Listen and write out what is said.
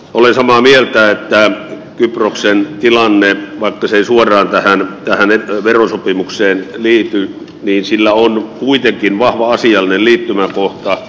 olen samaa mieltä että kyproksen tilanteella vaikka se ei suoraan tähän verosopimukseen liity on tähän kuitenkin vahva asiallinen liittymäkohta